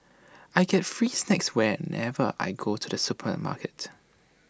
I get free snacks whenever I go to the supermarket